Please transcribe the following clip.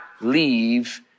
leave